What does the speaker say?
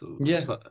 Yes